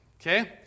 Okay